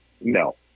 No